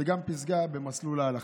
וגם פסגות במסלול ההלכה.